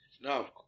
Now